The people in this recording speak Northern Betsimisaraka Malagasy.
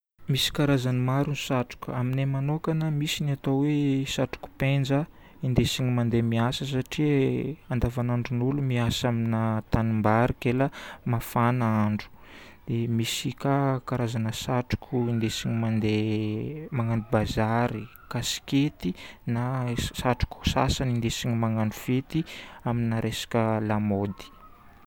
Misy karazagny maro ny satroka. Aminay manokagna, misy ny atao hoe satroko penja indesigna mandeha miasa satria andavanandron'olo miasa amina tanimbary kela mafana andro. Misy ka karazagna satroko indesigna mandeha magnano bazary, kaskety na satroko sasany indesigna magnano fety amina resaka lamaody.